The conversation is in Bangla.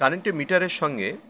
কারেন্টে মিটারের সঙ্গে